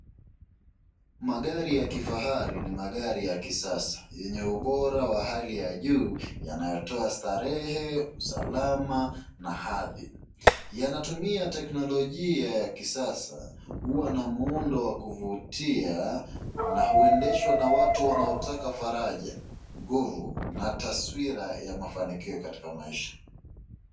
Magari ya kifahari ni magari ya kisasa yenye ubora wa hali ya juu yanayotoa starehe, usalama na hadhi. Yanatumia teknolojia ya kisasa, huwana muundo wa kuvutia na huendeshwa na watu wanaotaka faraja, nguvu na taswira ya mafanikio katika maisha.